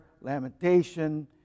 lamentation